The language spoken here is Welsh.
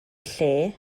lle